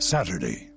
Saturday